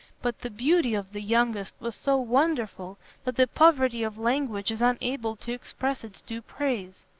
but the beauty of the youngest was so wonderful that the poverty of language is unable to express its due praise.